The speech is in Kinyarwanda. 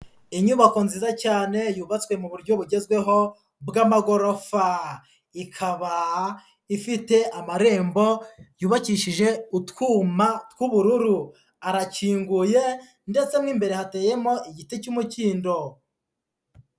Inyubako nziza cyane yubatswe mu buryo bugezweho bw'amagorofa, ikaba ifite amarembo yubakishije utwuma tw'ubururu, arakinguye ndetse mo imbere hateyemo igiti cy'umukindo.